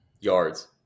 Yards